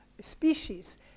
species